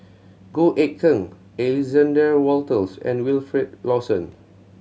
Goh Eck Kheng Alexander Wolters and Wilfed Lawson